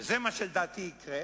וזה מה שלדעתי יקרה,